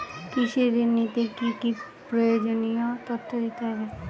কৃষি ঋণ নিতে কি কি প্রয়োজনীয় তথ্য দিতে হবে?